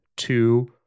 two